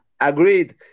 agreed